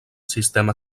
sistema